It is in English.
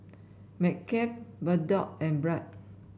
McCafe Bardot and Bragg